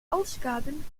ausgaben